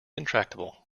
intractable